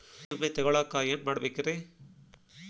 ಬೆಳೆ ವಿಮೆ ತಗೊಳಾಕ ಏನ್ ಮಾಡಬೇಕ್ರೇ?